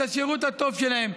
את השירות הטוב שלהם.